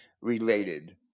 related